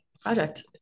project